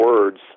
words